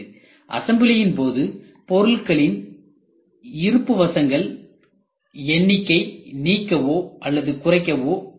அசம்பிளியின் போது பொருட்களின் இருப்புவசங்களின் எண்ணிக்கை நீக்கவோ அல்லது குறைக்கவோ படுகிறது